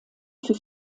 für